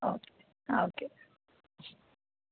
okay ആ okay